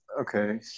Okay